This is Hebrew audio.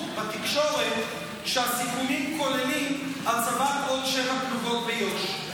בתקשורת שהסיכומים כוללים הצבת עוד שבע פלוגות ביו"ש.